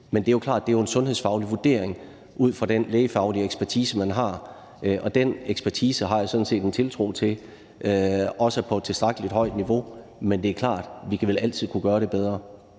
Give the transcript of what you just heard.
Men det er klart, at det jo er en sundhedsfaglig vurdering ud fra den lægefaglige ekspertise, man har, og den ekspertise har jeg sådan set en tiltro til også er på et tilstrækkelig højt niveau, men det er klart, at vi vel altid vil kunne gøre det bedre.